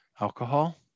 alcohol